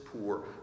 poor